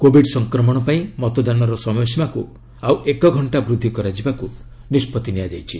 Covid ସଫ୍ରକମଣ ପାଇଁ ମତଦାନର ସମୟସୀମାକୁ ଆଉ ଏକଘଣ୍ଟା ବୃଦ୍ଧି କରାଯିବାକୁ ନିଷ୍ପଭି ନିଆଯାଇଛି